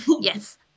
Yes